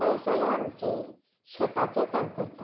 पावसाळें आमचें शेताचें काम करतात